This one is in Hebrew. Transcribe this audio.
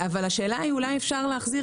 השאלה היא אם אולי אפשר להחזיר,